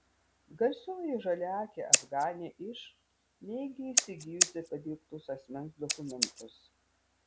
garsioji žaliaakė afganė iš neigia įsigijusi padirbtus asmens dokumentus